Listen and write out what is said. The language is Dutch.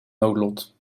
noodlot